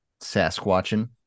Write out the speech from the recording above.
Sasquatching